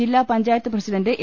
ജില്ല panchayat president A